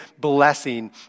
blessing